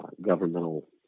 governmental